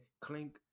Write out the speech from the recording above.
clink